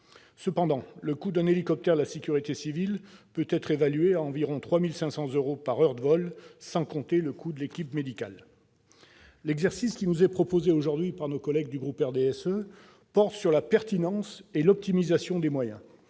Cependant le coût d'un hélicoptère de la sécurité civile est évalué à environ 3 500 euros par heure de vol, hors coût de l'équipe médicale. L'exercice qui nous est proposé aujourd'hui par nos collègues du groupe du RDSE porte sur la pertinence et sur l'optimisation des moyens.